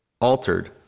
altered